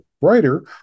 writer